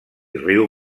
riu